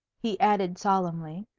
he added solemnly,